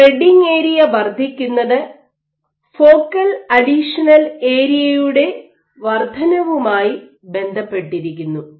spreading area വർദ്ധിക്കുന്നത് focal additional ഏരിയയുടെ വർദ്ധനവുമായി ബന്ധപ്പെട്ടിരിക്കുന്നു